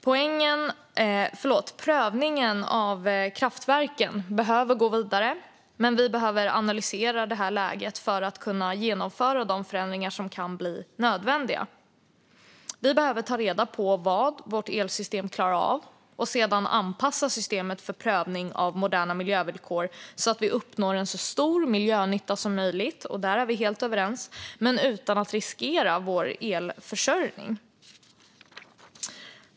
Prövningen av kraftverken behöver gå vidare. Vi behöver analysera läget för att kunna genomföra de förändringar som kan bli nödvändiga. Vi behöver ta reda på vad vårt elsystem klarar av och sedan anpassa systemet för prövning av moderna miljövillkor så att vi uppnår en så stor miljönytta som möjligt - där är vi helt överens - utan att riskera vår elförsörjning.